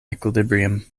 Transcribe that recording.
equilibrium